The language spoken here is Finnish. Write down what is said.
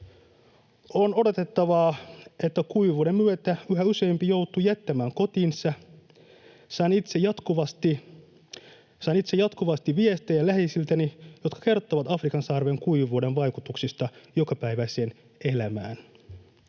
On odotettavaa, että kuivuuden myötä yhä useampi joutuu jättämään kotinsa. Saan itse jatkuvasti viestejä läheisiltäni, jotka kertovat Afrikan sarven kuivuuden vaikutuksista jokapäiväiseen elämään.